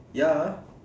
ya